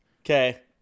okay